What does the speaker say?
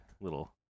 little